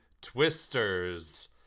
Twisters